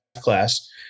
class